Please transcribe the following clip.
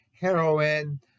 heroin